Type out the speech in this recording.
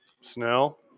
Snell